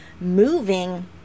moving